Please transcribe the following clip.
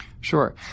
Sure